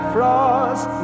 Frost